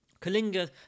Kalinga